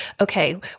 okay